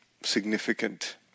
significant